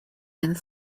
and